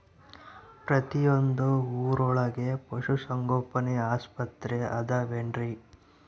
ಪ್ರತಿಯೊಂದು ಊರೊಳಗೆ ಪಶುಸಂಗೋಪನೆ ಆಸ್ಪತ್ರೆ ಅದವೇನ್ರಿ?